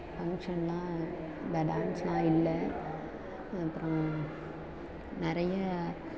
ஃபங்க்ஷனெலாம் இந்த டான்ஸெலாம் இல்லை அப்புறம் நிறைய